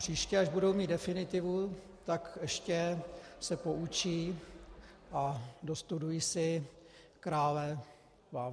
Příště, až budou mít definitivu, tak ještě se poučí a dostudují si krále Vávru.